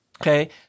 Okay